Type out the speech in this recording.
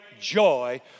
joy